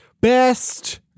best